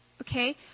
Okay